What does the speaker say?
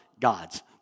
gods